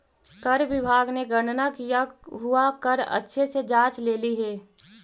कर विभाग ने गणना किया हुआ कर अच्छे से जांच लेली हे